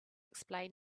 explain